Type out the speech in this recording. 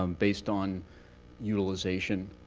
um based on utilization,